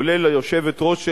כולל היושבת-ראש שלה,